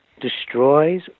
destroys